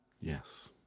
Yes